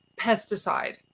pesticide